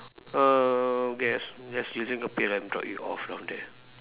err yes yes using a pail and drop it off down there